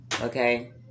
Okay